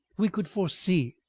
we could foresee,